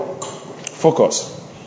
Focus